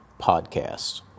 podcast